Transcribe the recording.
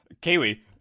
Kiwi